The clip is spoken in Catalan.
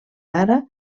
ara